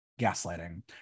gaslighting